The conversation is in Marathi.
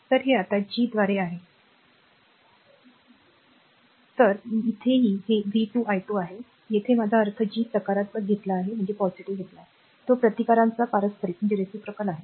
तर हे आता G द्वारे आहे मी हे स्वच्छ करते बरोबर तर इथेही हे v2 i2 आहे येथे माझा अर्थ G सकारात्मक घेतला आहे तो प्रतिकारांचा पारस्परिक आहे